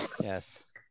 Yes